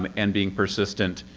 um and being persistent.